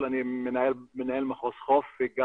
אבל